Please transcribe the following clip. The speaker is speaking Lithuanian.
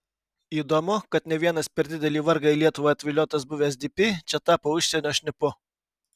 įdomu kad ne vienas per didelį vargą į lietuvą atviliotas buvęs dp čia tapo užsienio šnipu